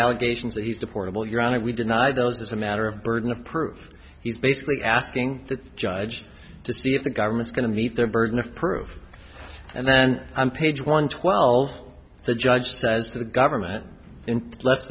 allegations that he's deportable your honor we deny those as a matter of burden of proof he's basically asking the judge to see if the government's going to meet their burden of proof and then i'm page one twelve the judge says to the government in let